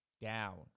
down